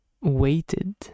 waited